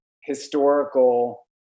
historical